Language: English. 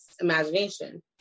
imagination